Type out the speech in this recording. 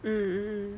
mm mm mm